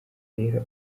rero